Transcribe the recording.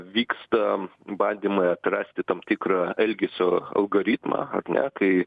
vyksta bandymai atrasti tam tikrą elgesio algoritmą ar ne kai